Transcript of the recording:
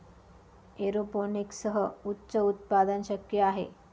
एरोपोनिक्ससह उच्च उत्पादन शक्य आहे